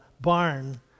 barn